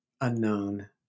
unknown